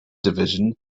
division